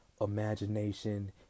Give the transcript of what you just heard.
imagination